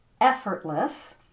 effortless